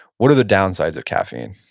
what are the downsides of caffeine?